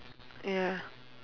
ya